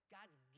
God's